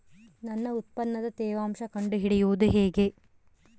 ನನ್ನ ಉತ್ಪನ್ನದ ತೇವಾಂಶ ಕಂಡು ಹಿಡಿಯುವುದು ಹೇಗೆ?